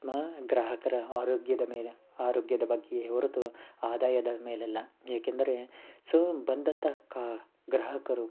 ಗ್ರಾಹಕರ ಆರೋಗ್ಯದ ಮೇಲೆ ಆರೋಗ್ಯದ ಬಗ್ಗೆಯೇ ಹೊರತು ಆದಾಯದ ಮೇಲಲ್ಲ ಏಕೆಂದರೆ ಸೊ ಬಂದಂತಹ ಕ ಗ್ರಾಹಕರು